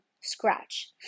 scratch